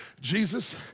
Jesus